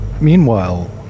Meanwhile